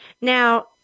Now